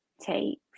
take